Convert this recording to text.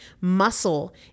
Muscle